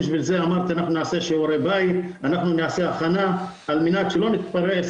לכן אמרתי שאנחנו נעשה שיעורי בית ונעשה הכנה על מנת שלא נתפרס